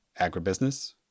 agribusiness